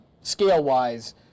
scale-wise